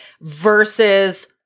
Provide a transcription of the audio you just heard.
versus